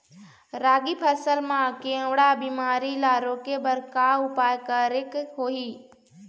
रागी फसल मा केवड़ा बीमारी ला रोके बर का उपाय करेक होही?